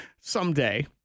someday